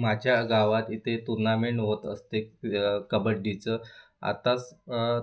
माझ्या गावात इथे तूर्नामेंट होत असते कबड्डीचं आत्ताच